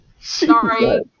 sorry